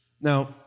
Now